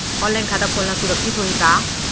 Online खाता खोलना सुरक्षित होही का?